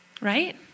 right